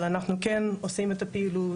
אנחנו כן עושים את הפעילות.